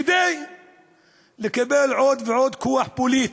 כדי לקבל עוד ועוד כוח פוליטי,